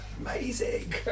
amazing